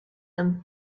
them